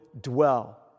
dwell